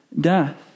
death